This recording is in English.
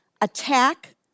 Attack